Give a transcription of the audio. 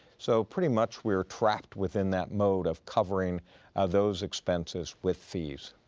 so pretty much we are trapped within that mode of covering those expenses with fees.